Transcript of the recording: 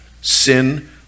Sin